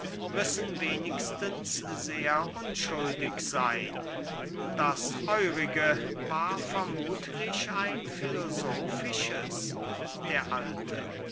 müssen wenigstens sehr unschuldig seyn das eurige war vermuthlich ein filosofisches der alte